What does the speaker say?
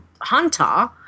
hunter